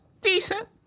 decent